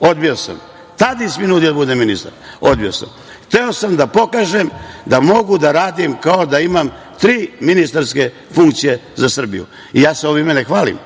odbio sam. Tadić mi je nudio da budem ministar, odbio sam. Hteo sam da pokažem da mogu da radim za Srbiju kao da imam tri ministarske funkcije. Ovim se ja ne hvalim,